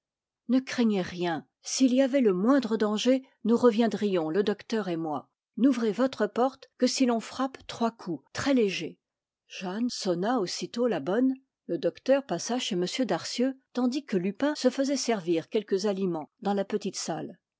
ne craignez rien s'il y avait le moindre danger nous reviendrions le docteur et moi n'ouvrez votre porte que si l'on frappe trois coups très légers jeanne sonna aussitôt la bonne le docteur passa chez m darcieux tandis que lupin se faisait servir quelques aliments dans la petite salle